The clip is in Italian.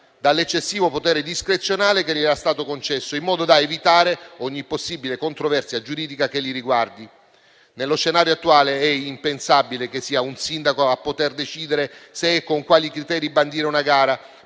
dall'eccessivo potere discrezionale che era stato loro concesso, in modo da evitare ogni possibile controversia giuridica che li riguardi. Nello scenario attuale, è impensabile che sia un sindaco a poter decidere se e con quali criteri bandire una gara